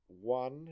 one